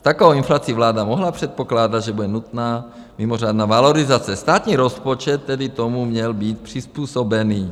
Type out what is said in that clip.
Při takové inflaci vláda mohla předpokládat, že bude nutná mimořádná valorizace, státní rozpočet tedy tomu měl být přizpůsobený.